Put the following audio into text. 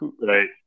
Right